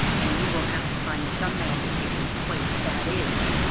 and you will have to find some man to take his place, that is,